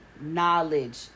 knowledge